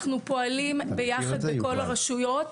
אנחנו פועלים ביחד בכל הרשויות.